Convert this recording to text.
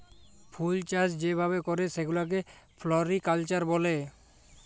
ফুলচাষ যে ভাবে ক্যরে সেগুলাকে ফ্লরিকালচার ব্যলে